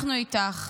אנחנו איתך.